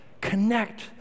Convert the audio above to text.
connect